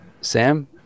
Sam